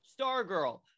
Stargirl